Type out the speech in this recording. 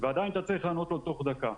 ואתה צריך לענות לו תוך דקה.